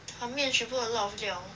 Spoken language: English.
I mean she put a lot of 料